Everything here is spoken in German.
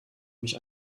mich